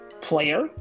player